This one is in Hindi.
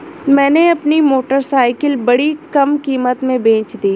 मैंने अपनी मोटरसाइकिल बड़ी कम कीमत में बेंच दी